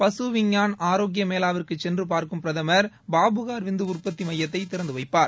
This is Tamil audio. பசு விஞ்ஞான் ஆரோக்கிய மேளாவிற்குச் சென்று பார்க்கும் பிரதமர் பாபுகார் விந்து உற்பத்தி மையத்தை திறந்து வைப்பார்